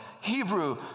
Hebrew